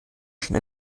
schon